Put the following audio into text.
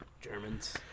Germans